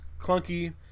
clunky